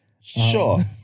sure